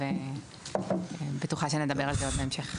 ואני בטוחה שנדבר על זה עוד בהמשך.